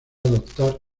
adoptar